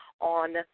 on